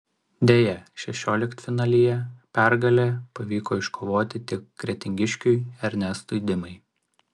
deja šešioliktfinalyje pergalę pavyko iškovoti tik kretingiškiui ernestui dimai